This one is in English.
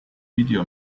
video